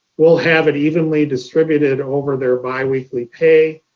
will have it evenly distributed over their biweekly pay,